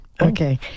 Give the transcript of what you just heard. okay